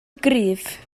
gryf